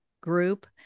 group